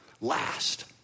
last